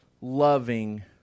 loving